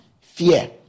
fear